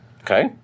Okay